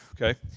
okay